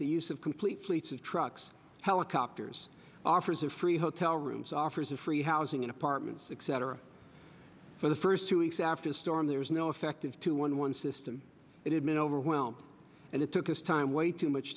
the use of complete fleets of trucks helicopters offers of free hotel rooms offers of free housing apartments except for the first two weeks after the storm there was no effective two one one system that had been overwhelmed and it took us time way too much